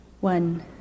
One